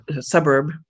suburb